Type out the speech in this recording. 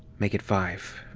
make it five.